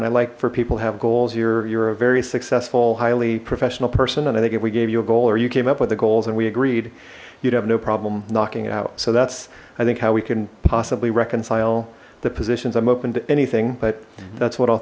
and i like for people have goals you're you're a very successful highly professional person and i think if we gave you a goal or you came up with the goals and we agreed you'd have no problem knocking it out so that's i think how we can possibly reconcile the positions i'm open to anything but that's what